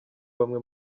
bamwe